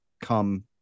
come